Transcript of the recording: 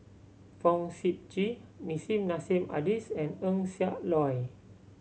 Fong Sip Chee Nissim Nassim Adis and Eng Siak Loy